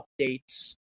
updates